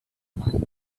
mind